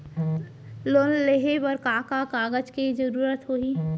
Loan लेहे बर का का कागज के जरूरत होही?